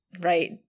right